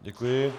Děkuji.